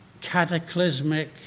cataclysmic